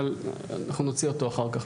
אבל אנחנו נוציא אותו אחר כך.